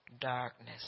darkness